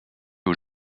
aux